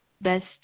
Best